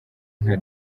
nka